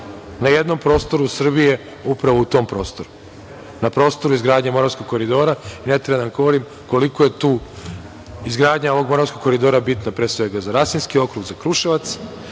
na jednom prostoru Srbije je upravo na tom prostoru, na prostoru izgradnje Moravskog koridora. Ne treba da vam govorim koliko je tu izgradnja ovog moravskog koridora bitna, pre svega za Rasinski okrug, za Kruševac,